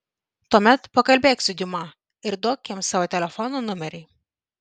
tuomet pakalbėk su diuma ir duok jiems savo telefono numerį